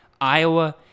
Iowa